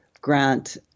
grant